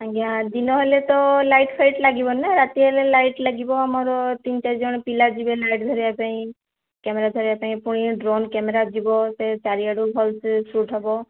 ଆଜ୍ଞା ଦିନ ହେଲେ ତ ଲାଇଟ୍ ଫାଇଟ୍ ଲାଗିବନି ନା ରାତି ହେଲେ ଲାଇଟ୍ ଲାଗିବ ଆମର ତିନି ଚାରି ଜଣ ପିଲା ଯିବେ ଲାଇଟ୍ ଧରିବା ପାଇଁ କ୍ୟାମେରା ଧରିବା ପାଇଁ ପୁଣି ଡ୍ରୋନ୍ କ୍ୟାମେରା ଯିବ ସେ ଚାରିଆଡ଼ୁ ଭଲ ସେ ସୁଟ୍ ହବ